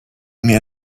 mir